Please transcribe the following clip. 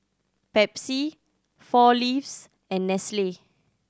Pepsi Four Leaves and Nestle